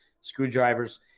screwdrivers